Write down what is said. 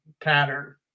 pattern